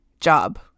job